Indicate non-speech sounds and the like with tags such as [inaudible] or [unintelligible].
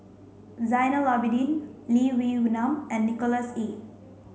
Zainal Abidin Lee Wee [unintelligible] Nam and Nicholas Ee